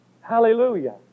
Hallelujah